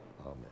Amen